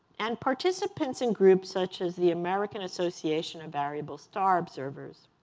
and participants in groups such as the american association of variable star observers.